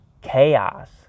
chaos